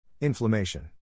Inflammation